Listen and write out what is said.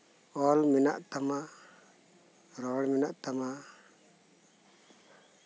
ᱚᱞ ᱢᱮᱱᱟᱜ ᱛᱟᱢᱟ ᱨᱚᱲ ᱢᱮᱱᱟᱜ ᱛᱟᱢᱟ